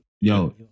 Yo